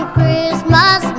Christmas